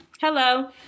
Hello